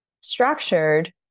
structured